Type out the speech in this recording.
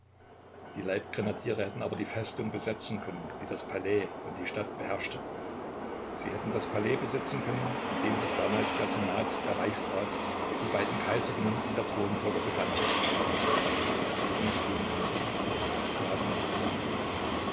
die leibgrenadiere hätten aber die festung besetzen können die das palais und die stadt beherrschte sie hätten das palais besetzen können in dem sich damals der senat der reichsrat die beiden kaiserinnen und der thronfolger befanden sie hätten es tun können taten es aber nicht